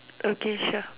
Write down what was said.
okay sure